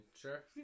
sure